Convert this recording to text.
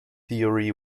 theory